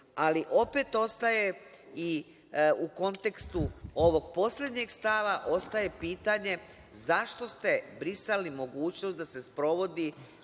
opet ostaje i u kontekstu ovog poslednjeg stava pitanje - zašto ste brisali mogućnost da se sprovodi